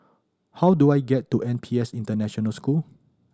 how do I get to N P S International School